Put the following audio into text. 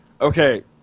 okay